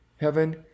Heaven